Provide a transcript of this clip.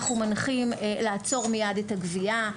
אנחנו מנחים לעצור מייד את הגבייה,